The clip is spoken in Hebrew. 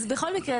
בכל מקרה,